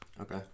Okay